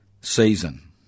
season